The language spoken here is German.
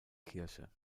kirche